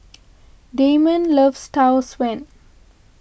Dameon loves Tau Suan